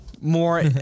More